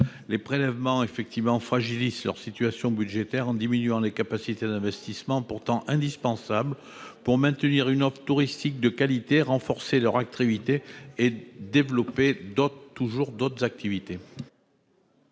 Ces prélèvements fragilisent leur situation budgétaire en diminuant leurs capacités d'investissement, pourtant indispensables pour maintenir une offre touristique de qualité et renforcer leur attractivité, ce qui génère des recettes